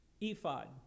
ephod